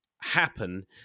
happen